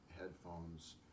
headphones